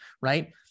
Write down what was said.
Right